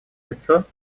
лицо